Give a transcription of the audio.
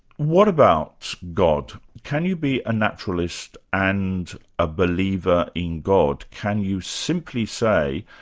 what about god? can you be a naturalist and a believer in god? can you simply say,